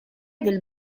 del